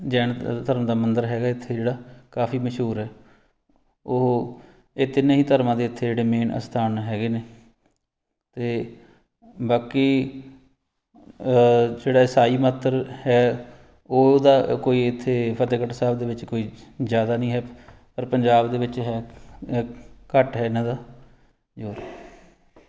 ਜੈਨ ਧਰਮ ਦਾ ਮੰਦਰ ਹੈਗਾ ਇੱਥੇ ਜਿਹੜਾ ਕਾਫੀ ਮਸ਼ਹੂਰ ਹੈ ਉਹ ਇਹ ਤਿੰਨੇ ਹੀ ਧਰਮਾਂ ਦੇ ਇੱਥੇ ਜਿਹੜੇ ਮੇਨ ਅਸਥਾਨ ਹੈਗੇ ਨੇ ਅਤੇ ਬਾਕੀ ਜਿਹੜਾ ਈਸਾਈ ਮਤ ਹੈ ਉਹਦਾ ਕੋਈ ਇੱਥੇ ਫਤਿਹਗੜ੍ਹ ਸਾਹਿਬ ਦੇ ਵਿੱਚ ਕੋਈ ਜ਼ਿਆਦਾ ਨਹੀਂ ਹੈ ਪਰ ਪੰਜਾਬ ਦੇ ਵਿੱਚ ਹੈ ਘੱਟ ਹੈ ਇਹਨਾਂ ਦਾ ਜ਼ੋਰ